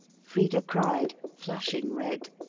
frida cried, flushing red.